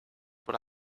what